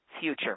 future